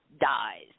dies